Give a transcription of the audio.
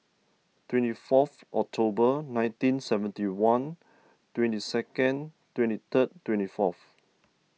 twenty four of October nineteen seventy one twenty second twenty three twenty four of